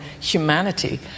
humanity